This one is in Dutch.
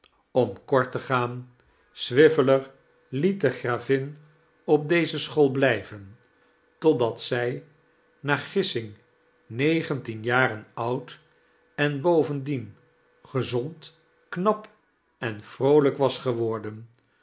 om kort te gaan swiveller liet de gravin op deze school blijven totdat zij naargissing negentien jaren oud en bovendien gezond knap en vroolijk was geworden